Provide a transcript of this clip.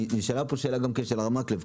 נשאלה פה שאלה של הרב מקלב,